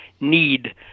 need